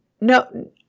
No